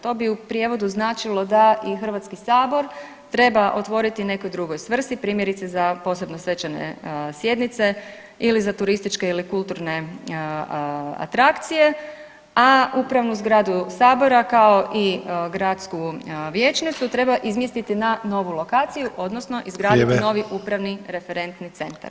To bi u prijevodu značilo da i HS treba otvoriti nekoj drugoj svrsi, primjerice za posebno svečane sjednice ili za turističke ili kulturne atrakcije, a upravu zgradu sabora kao i gradsku vijećnicu treba izmjestiti na novu lokaciju odnosno [[Upadica Sanader: Vrijeme.]] izgraditi novi upravni referentni centar.